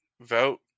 Vote